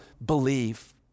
believe